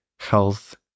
health